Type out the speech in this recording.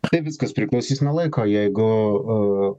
kai viskas priklausys nuo laiko jeigu